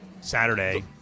Saturday